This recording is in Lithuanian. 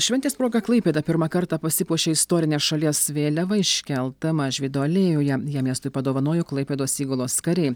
šventės proga klaipėda pirmą kartą pasipuošė istorine šalies vėliava iškelta mažvydo alėjoje ją miestui padovanojo klaipėdos įgulos kariai